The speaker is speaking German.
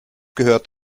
gehört